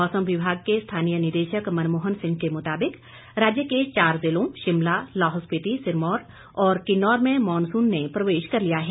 मौसम विभाग के स्थानीय निदेशक मनमोहन सिंह के मुताबिक राज्य के चार जिलों शिमला लाहौल स्पिति सिरमौर और किन्नौर में मॉनसून ने प्रवेश कर लिया है